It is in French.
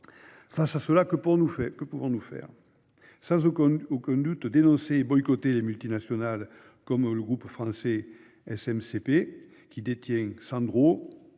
Face à cela, que pouvons-nous faire ? Sans aucun doute, dénoncer et boycotter les multinationales, comme le groupe français SMCP, qui détient Sandro,